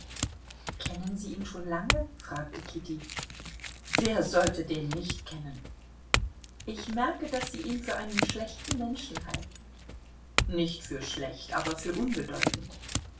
kennen sie ihn schon lange fragte kitty wer sollte den nicht kennen ich merke daß sie ihn für einen schlechten menschen halten nicht für schlecht aber für unbedeutend